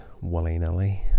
willy-nilly